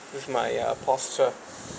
with my uh posture